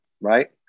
right